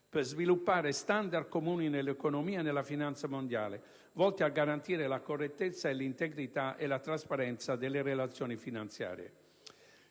per sviluppare standard comuni nell'economia e nella finanza mondiale, volti a garantire la correttezza, l'integrità e la trasparenza delle relazioni finanziarie.